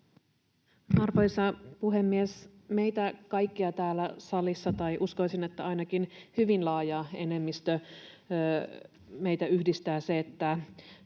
Arvoisa puhemies! Meitä kaikkia täällä salissa — tai uskoisin, että ainakin hyvin laajaa enemmistöä — yhdistää se, että